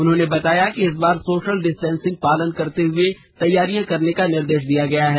उन्होंने बताया कि इस बार सोशल डिस्टैंसिंग पालन करते हुए तैयारियां करने का निर्देश दिया गया है